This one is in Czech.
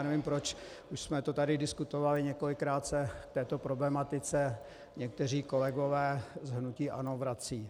Nevím proč, už jsme to tady diskutovali několikrát, se k této problematice někteří kolegové z hnutí ANO vracejí.